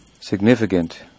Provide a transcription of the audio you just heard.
significant